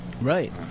Right